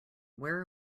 where